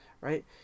right